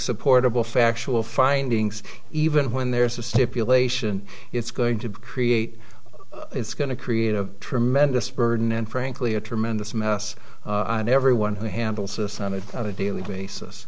supportable factual findings even when there's a stipulation it's going to create it's going to create a tremendous burden and frankly a tremendous mess on everyone who handles a sonnet on a daily basis